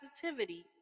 positivity